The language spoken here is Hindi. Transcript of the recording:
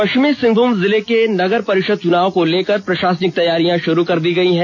पष्चिमी सिंहभूम जिले के नगर परिषद चुनाव को लेकर प्रषासनिक तैयारियां शुरू कर दी गयी हैं